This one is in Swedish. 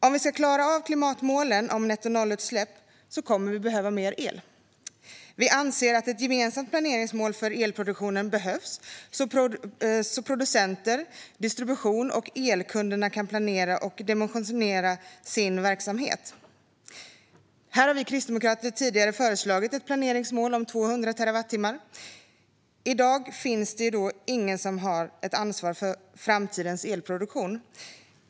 Om vi ska klara av klimatmålen om nettonollutsläpp kommer vi att behöva mer el. Vi anser att ett gemensamt planeringsmål för elproduktionen behövs så att producenter, distribution och elkunder kan planera och dimensionera sin verksamhet. Här har vi kristdemokrater tidigare föreslagit ett planeringsmål om 200 terawattimmar. I dag finns det ingen som har ansvar för framtidens elproduktion.